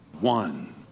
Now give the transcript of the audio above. One